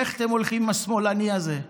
איך אתם הולכים עם השמאלני הזה?